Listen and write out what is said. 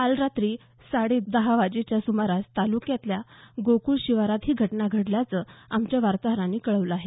काल रात्री साडेदहा वाजेच्या सुमारास तालुक्यातल्या गोकुळ शिवारात ही घटना घडल्याचं आमच्या वार्ताहरानं कळवलं आहे